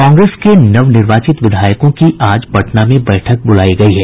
कांग्रेस के नवनिर्वाचित विधायकों की आज पटना में बैठक बुलायी गयी है